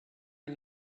are